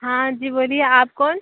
हाँ जी बोलिए आप कौन